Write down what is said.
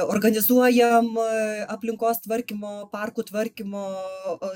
organizuojam a aplinkos tvarkymo parkų tvarkymo o